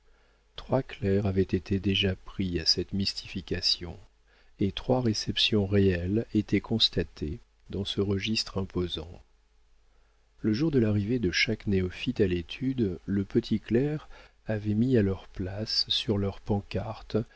trois clercs avaient été déjà pris à cette mystification et trois réceptions réelles étaient constatées dans ce registre imposant le jour de l'arrivée de chaque néophyte à l'étude le petit clerc avait mis à leur place sur leur pancarte